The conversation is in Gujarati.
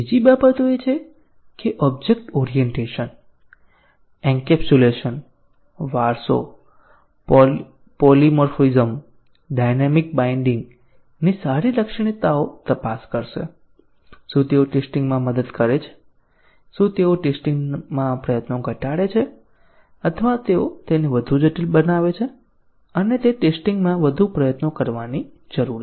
બીજી બાબતો એ છે કે ઓબ્જેક્ટ ઓરિએન્ટેશન એન્કેપ્સ્યુલેશન વારસો પોલીમોર્ફિઝમ ડાયનેમિક બાઈન્ડિંગની સારી લાક્ષણિકતાઓ તપાસ કરશે શું તેઓ ટેસ્ટીંગ માં મદદ કરે છે શું તેઓ ટેસ્ટીંગ માં પ્રયત્નો ઘટાડે છે અથવા તેઓ તેને વધુ જટિલ બનાવે છે અને તે ટેસ્ટીંગ માં વધુ પ્રયત્નો કરવાની જરૂર છે